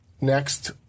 next